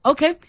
Okay